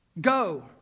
Go